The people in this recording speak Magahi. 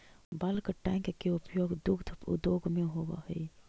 बल्क टैंक के उपयोग दुग्ध उद्योग में होवऽ हई